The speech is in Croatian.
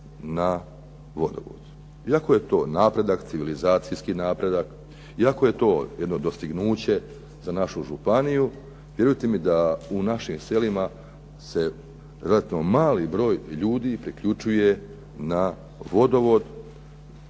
na vodovod iako je to napredak, civilizacijski napredak, iako je to jedno dostignuće za našu županiju vjerujte mi da u našim selima se relativno mali broj ljudi priključuje na vodovod,